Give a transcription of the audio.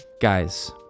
Guys